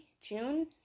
June